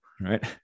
right